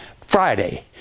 Friday